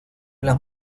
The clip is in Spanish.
las